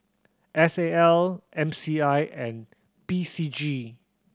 S A L M C I and P C G